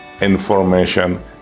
information